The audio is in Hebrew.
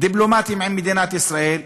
דיפלומטיים עם מדינת ישראל,